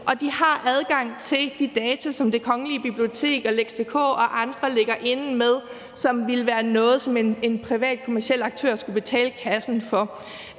de har adgang til de data, som Det Kgl. Bibliotek og lex.dk og andre ligger inde med, og som ville være noget, som en privat, kommerciel aktør skulle betale kassen for.